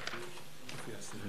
שההצעה